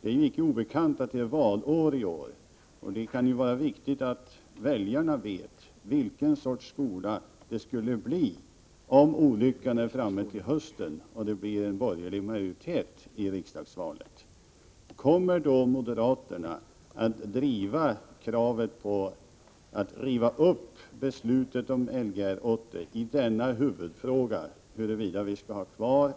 Det är icke obekant att det det valår i år, och det kan ju vara viktigt för väljarna att få veta vilken sorts skola det skulle bli om olyckan är ftamme till hösten och det blir en borgerlig majoritet i riksdagsvalet. Kommer moderaterna då att driva kravet på att riva upp beslutet om Lgr 80 i huvudfrågan huruvida vi skall ha kvar